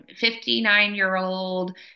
59-year-old